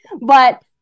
But-